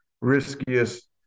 riskiest